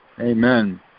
Amen